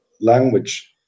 language